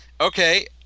okay